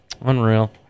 Unreal